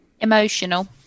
Emotional